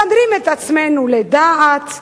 מסדרים את עצמנו לדעת.